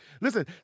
Listen